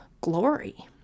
glory